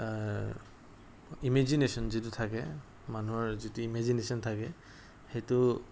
imagination যিটো থাকে মানুহৰ যিটো ইমেজিনেশ্যন থাকে সেইটো